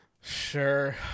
Sure